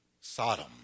Sodom